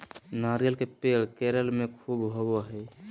नारियल के पेड़ केरल में ख़ूब होवो हय